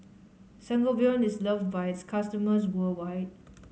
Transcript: Sangobion is loved by its customers worldwide